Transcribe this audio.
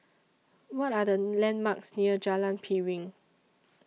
What Are The landmarks near Jalan Piring